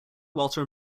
walter